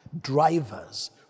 Drivers